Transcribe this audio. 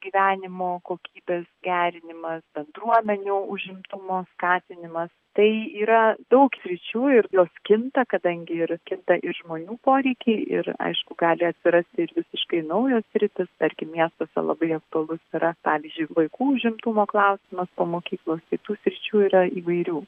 gyvenimo kokybės gerinimas bendruomenių užimtumo skatinimas tai yra daug sričių ir jos kinta kadangi ir kinta ir žmonių poreikiai ir aišku gali atsirasti ir visiškai naujos sritys tarkim miestuose labai aktualus yra pavyzdžiui vaikų užimtumo klausimas po mokyklos tai tų sričių yra įvairių